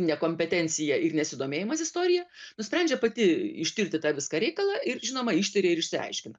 nekompetencija ir nesidomėjimas istorija nusprendžia pati ištirti tą viską reikalą ir žinoma ištiria ir išsiaiškina